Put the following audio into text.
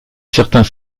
certains